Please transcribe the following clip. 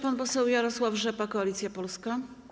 Pan poseł Jarosław Rzepa, Koalicja Polska.